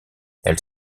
elle